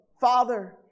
Father